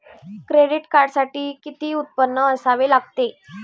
Credit कार्डसाठी किती उत्पन्न असावे लागते?